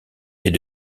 est